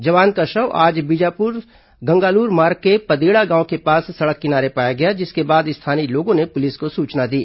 जवान का शव आज सुबह बीजापुर गंगालूर मार्ग के पदेड़ा गांव के पास सड़क किनारे पाया गया जिसके बाद स्थानीय लोगों ने पुलिस को सूचना दी